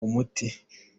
umuti